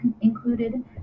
included